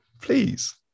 please